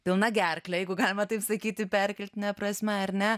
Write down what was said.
pilna gerkle jeigu galima taip sakyti perkeltine prasme ar ne